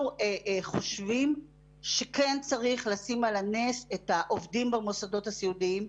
אנחנו חושבים שכן צריך לשים על הנס את העובדים במוסדות הסיעודיים,